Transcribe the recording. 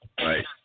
right